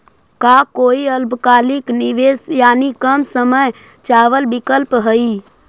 का कोई अल्पकालिक निवेश यानी कम समय चावल विकल्प हई?